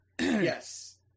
yes